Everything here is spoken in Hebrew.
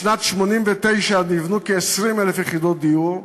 בשנת 1989 נבנו כ-20,000 יחידות דיור,